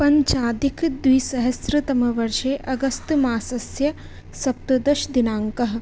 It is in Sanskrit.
पञ्चाधिकद्विसहस्रतमवर्षे अगस्त् मासस्य सप्तदशदिनाङ्कः